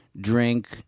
drink